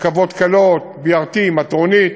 רכבות קלות, BRT, מטרונית,